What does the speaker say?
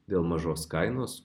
dėl mažos kainos